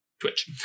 Twitch